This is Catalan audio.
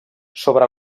sobre